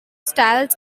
styles